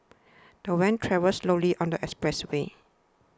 the van travelled slowly on the expressway